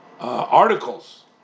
articles